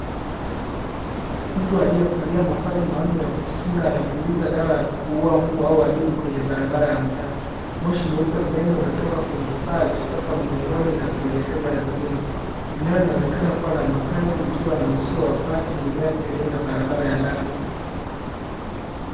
Mtu aliyevalia mavazi maalum ya kujikinga anapuliza dawa ya kuua mbu au wadudu kwenye barabara ya mtaa. Moshi mweupe mnene unatoka kwenye kifaa alichobeba mgongoni na kuelekeza ardhini, eneo linaonekana kuwa la makaazi likiwa na uzio wa bati, mimea pembeni na barabara ya lami.